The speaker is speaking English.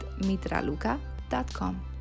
mitraluka.com